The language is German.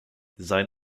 sein